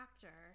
chapter